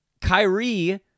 Kyrie